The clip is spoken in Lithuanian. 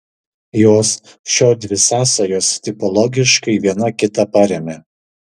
jos šiodvi sąsajos tipologiškai viena kitą paremia